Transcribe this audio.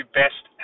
best